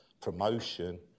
promotion